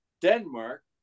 denmark